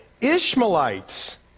Ishmaelites